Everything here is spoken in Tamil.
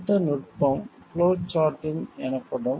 அடுத்த நுட்பம் ஃப்ளோ சார்ட்டிங் எனப்படும்